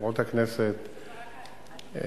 חברות הכנסת,